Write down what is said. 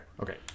okay